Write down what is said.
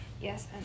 Yes